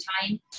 time